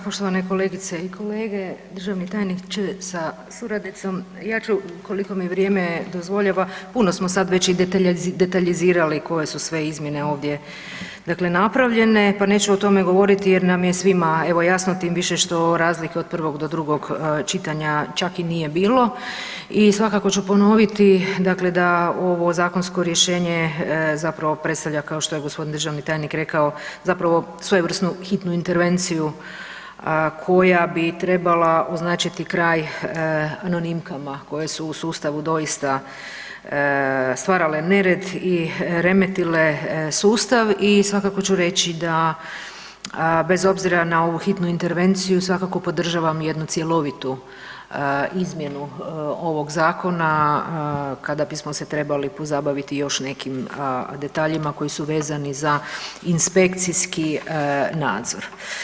Poštovane kolegice i kolege, državni tajniče sa suradnicom ja ću koliko mi vrijeme dozvoljava, puno smo sad već i detaljizirali koje su sve izmjene dakle ovdje napravljene pa neću o tome govoriti jer nam je svima evo jasno tim više što razlike od prvog do drugog čitanja čak i nije bilo i svakako ću ponoviti dakle da ovo zakonsko rješenje zapravo predstavlja kao što je gospodin državni tajnik rekao zapravo svojevrsnu hitnu intervenciju koja bi trebala označiti kraj anonimkama koje su u sustavu doista stvarale nered i remetile sustav i svakako ću reći da bez obzira na ovu hitnu intervenciju svakako podržavam jednu cjelovitu izmjenu ovog zakona kada bismo se trebali pozabaviti još nekim detaljima koji su vezani za inspekcijski nadzor.